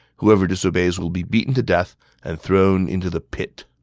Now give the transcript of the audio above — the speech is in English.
whoever disobeys will be beaten to death and thrown into the pit.